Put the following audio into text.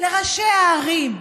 לראשי הערים,